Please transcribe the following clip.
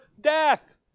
death